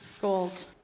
gold